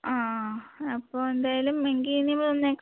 ആ അപ്പോൾ എന്തായാലും എങ്കിൽ ഇനിയിപ്പം നെക്സ്റ്റ്